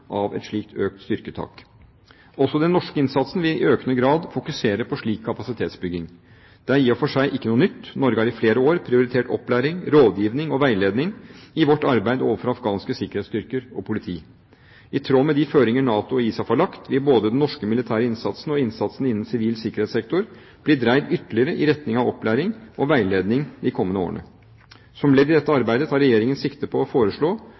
av et slikt økt styrketak. Også den norske innsatsen vil i økende grad fokusere på slik kapasitetsbygging. Det er i og for seg ikke noe nytt. Norge har i flere år prioritert opplæring, rådgivning og veiledning i vårt arbeid overfor afghanske sikkerhetsstyrker og overfor politiet. I tråd med de føringer NATO og ISAF har lagt, vil både den norske militære innsatsen og innsatsen innen sivil sikkerhetssektor bli dreid ytterligere i retning av opplæring og veiledning de kommende årene. Som ledd i dette arbeidet tar Regjeringen sikte på å foreslå